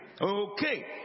okay